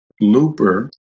Looper